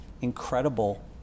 incredible